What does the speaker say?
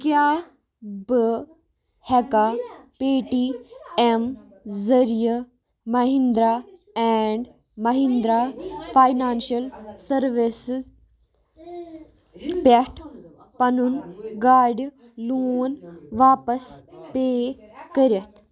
کیٛاہ بہٕ ہٮ۪کا پے ٹی اٮ۪م ذٔریعہٕ Mahindra and Mahindra financial services پٮ۪ٹھ پَنُن گاڑِ لون واپَس پے کٔرِتھ